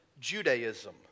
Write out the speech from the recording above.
Judaism